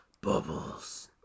Bubbles